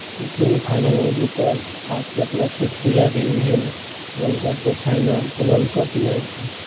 सेमीफाइनलमे जीतल खास कऽ अपना छठि पूजा दिन भेल वर्ल्ड कपके फाइनल तऽ वर्ल्ड कपमे